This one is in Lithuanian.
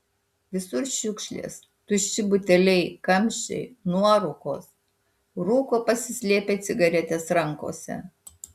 visur šiukšlės tušti buteliai kamščiai nuorūkos rūko pasislėpę cigaretes rankose